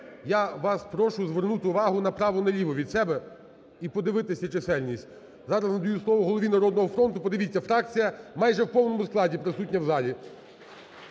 я вас прошу звернути увагу направо і наліво від себе і подивитися чисельність. Зараз надаю голові "Народного фронту". Подивіться, фракція майже в повному складі присутня в залі.